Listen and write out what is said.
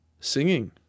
singing